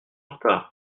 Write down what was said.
retard